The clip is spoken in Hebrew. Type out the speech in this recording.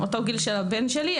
אותו גיל של הבן שלי.